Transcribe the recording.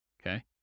okay